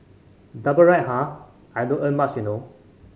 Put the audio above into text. double ride ah I don't earn much you know